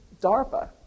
DARPA